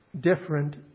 different